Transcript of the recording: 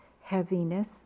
heaviness